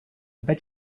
bet